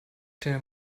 der